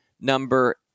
number